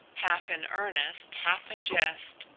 half in earnest, half in jest,